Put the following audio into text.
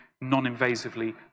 non-invasively